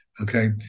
Okay